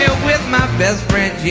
with my best friend jan.